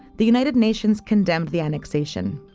the united nations condemned the annexation.